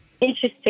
Interesting